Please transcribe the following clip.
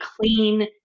clean